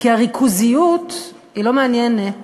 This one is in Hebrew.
כי הריכוזיות היא לא מעניינת